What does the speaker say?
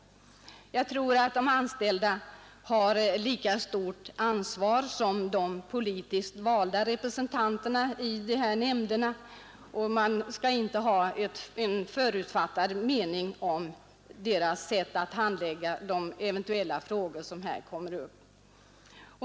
Jag tror att de anställda känner lika stort ansvar som de politiskt valda representanterna i dessa nämnder, och man skall inte ha en förutfattad mening om deras sätt att handlägga de frågor som kan komma upp.